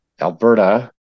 Alberta